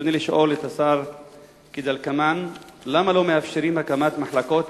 ברצוני לשאול את השר כדלקמן: למה לא מאפשרים הקמת מחלקות